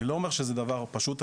אני לא אומר שזה דבר פשוט,